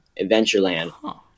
Adventureland